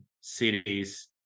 cities